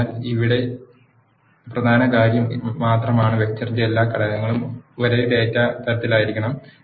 അതിനാൽ ഇവിടെ പ്രധാന കാര്യം മാത്രമാണ് വെക്റ്ററിന്റെ എല്ലാ ഘടകങ്ങളും ഒരേ ഡാറ്റ തരത്തിലായിരിക്കണം